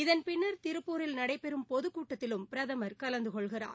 இதன் பின்னர் திருப்பூரில் நடைபெறும் பொதுக்கூட்டத்திலும் பிரதமர் கலந்து கொள்கிறார்